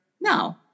No